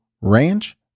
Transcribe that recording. Ranch